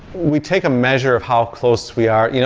we take a measure of how close we are. you know